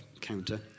counter